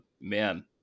man